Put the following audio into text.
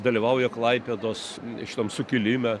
dalyvauja klaipėdos šitam sukilime